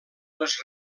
les